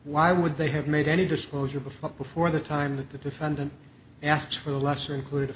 why would they have made any disclosure before before the time that the defendant asks for a lesser included